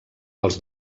els